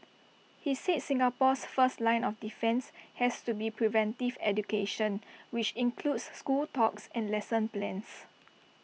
he said Singapore's first line of defence has to be preventive education which includes school talks and lesson plans